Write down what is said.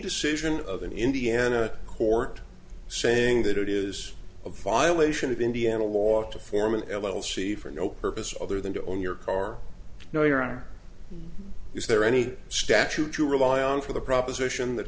decision of an indiana court saying that it is a violation of indiana law to form an l l c for no purpose other than to own your car no your honor is there any statute you rely on for the proposition that